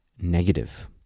negative